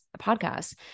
podcast